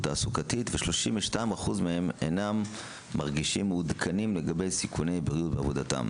תעסוקתית ו-32% מהם אינם מרגישים מעודכנים לגבי סיכוני בריאות בעבודתם.